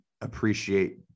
appreciate